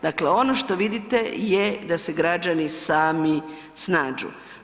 Dakle ono što vidite je da se građani sami snađu.